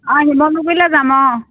অঁ শিমলুগুৰিলৈ যাম অঁ